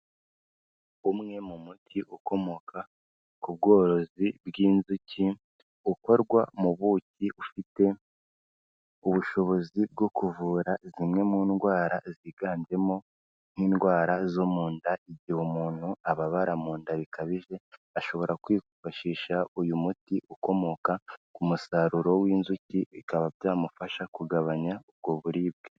Umwe mu muti ukomoka ku bworozi bw'inzuki, ukorwa mu buki ufite ubushobozi bwo kuvura zimwe mu ndwara ziganjemo n'indwara zo mu nda, igihe umuntu ababara mu nda bikabije, ashobora kwifashisha uyu muti ukomoka ku musaruro w'inzuki, bikaba byamufasha kugabanya ubwo buribwe.